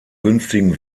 günstigen